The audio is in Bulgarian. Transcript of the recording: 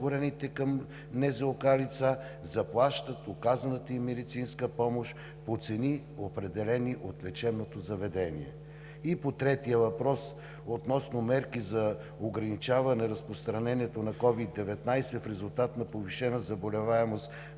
към НЗОК лица заплащат оказаната им медицинска помощ по цени, определени от лечебното заведение. И по третия въпрос – относно мерки за ограничаване разпространението на COVID-19 в резултат на повишена заболеваемост